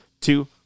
two